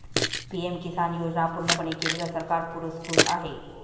PM Kisan Yojana पूर्णपणे केंद्र सरकार पुरस्कृत आहे